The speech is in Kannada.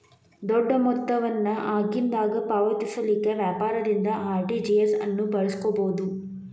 ದೊಡ್ಡ ಮೊತ್ತ ವನ್ನ ಆಗಿಂದಾಗ ಪಾವತಿಸಲಿಕ್ಕೆ ವ್ಯಾಪಾರದಿಂದ ಆರ್.ಟಿ.ಜಿ.ಎಸ್ ಅನ್ನು ಬಳಸ್ಕೊಬೊದು